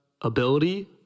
ability